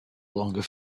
longer